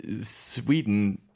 Sweden